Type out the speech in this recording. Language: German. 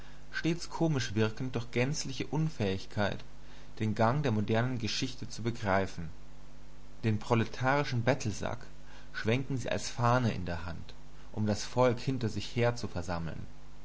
stets komisch wirkend durch gänzliche unfähigkeit den gang der modernen geschichte zu begreifen den proletarischen bettelsack schwenkten sie als fahne in der hand um das volk hinter sich her zu versammeln